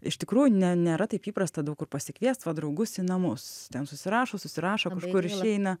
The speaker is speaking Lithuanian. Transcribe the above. iš tikrųjų ne nėra taip įprasta daug kur pasikviest va draugus į namus ten susirašo susirašo kažkur išeina